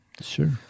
Sure